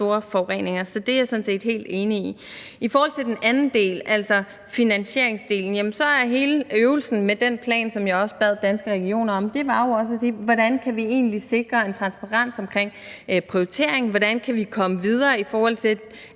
forureninger. Så det er jeg sådan set helt enig i. I forhold til den anden del, altså finansieringsdelen, er hele øvelsen med den plan, som jeg også bad Danske Regioner om, jo at finde ud af, hvordan vi egentlig kan sikre en transparens omkring prioritering, hvordan vi kan komme videre, og hvordan